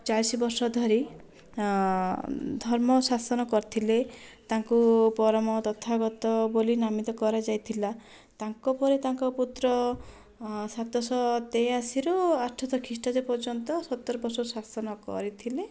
ଚାଳିଶି ବର୍ଷଧରି ଧର୍ମ ଶାସନ କରିଥିଲେ ତାଙ୍କୁ ପରମ ତଥାଗତ ବୋଲି ନାମିତ କରାଯାଇଥିଲା ତାଙ୍କ ପରେ ତାଙ୍କ ପୁତ୍ର ସାତଶହ ତେୟାଅଶିରୁ ଆଠଶହ ଖ୍ରୀଷ୍ଟାଦ୍ଦ ପର୍ଯ୍ୟନ୍ତ ସତର ବର୍ଷ ଶାସନ କରିଥିଲେ